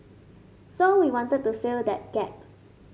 so we wanted to fill that gap